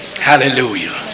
Hallelujah